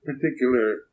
particular